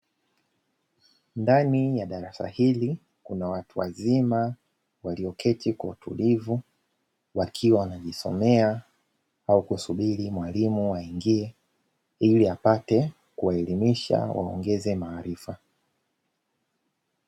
Ndani ya darasa hili kuna watu wazima walioketi kwa utulivu, wakiwa wanajisomea au kusubiri mwalimu aingie, ili apate kuwaelimisha waongeze maarifa.